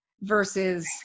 versus